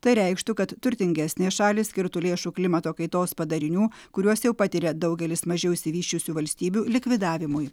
tai reikštų kad turtingesnės šalys skirtų lėšų klimato kaitos padarinių kuriuos jau patiria daugelis mažiau išsivysčiusių valstybių likvidavimui